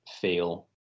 feel